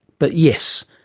but yes,